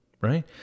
right